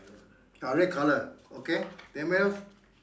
ah red colour okay anything else